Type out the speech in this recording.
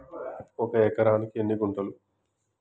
ఒక ఎకరానికి ఎన్ని గుంటలు?